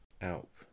Alp